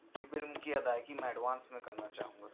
جی bill کی ادائیگی میں ایڈوانس میں کرنا چاہوں گا